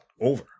over